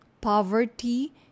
Poverty